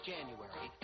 January